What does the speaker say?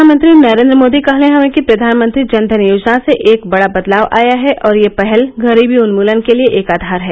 प्रधानमंत्री नरेन्द्र मोदी ने कहा है कि प्रधानमंत्री जन धन योजना से एक बडा बदलाव आया है और यह पहल गरीबी उन्मूलन के लिए एक आधार है